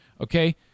okay